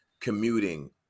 commuting